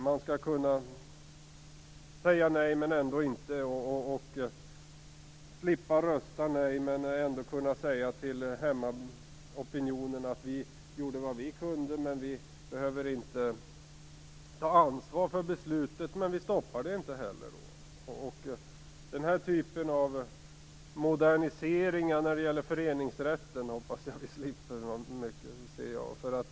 Man skall kunna säga nej men ändå inte, slippa rösta nej, men ändå kunna säga till hemmaopinionen: Vi gjorde vad vi kunde, men vi behöver inte ta ansvar för beslutet. Men vi stoppar det inte heller. Den här typen av moderniseringar när det gäller föreningsrätten hoppas jag att vi slipper se.